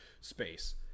space